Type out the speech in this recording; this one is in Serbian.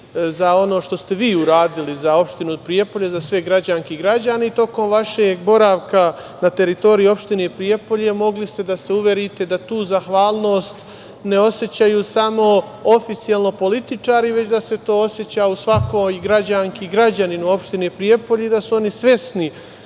za ono što ste vi uradili za opštinu Prijepolje, za sve građanke i građane i tokom vašeg boravka na teritoriji opštine Prijepolje mogli ste da se uverite da tu zahvalnost ne osećaju samo oficijalno političari, već da se to oseća u svakoj građanki i građaninu opštine Prijepolje i da su oni svesni